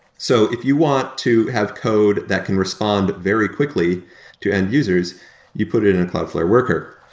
so if you want to have code that can respond very quickly to end-users, you put it in a cloudflare worker.